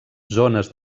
zones